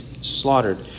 Slaughtered